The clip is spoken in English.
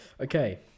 okay